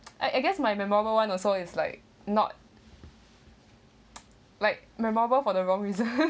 I I guess my memorable one also is like not like memorable for the wrong reason